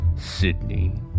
Sydney